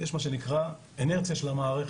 יש מה שנקרא אנרציה של המערכת.